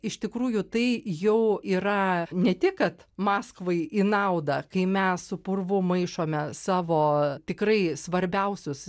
iš tikrųjų tai jau yra ne tik kad maskvai į naudą kai mes su purvu maišome savo tikrai svarbiausius